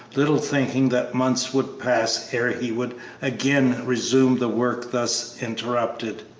little thinking that months would pass ere he would again resume the work thus interrupted.